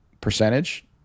percentage